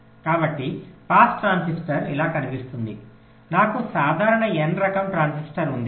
కాబట్టి pass transistor ఇలా కనిపిస్తుంది నాకు సాధారణ n రకం ట్రాన్సిస్టర్ ఉంది